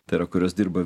tai yra kurios dirba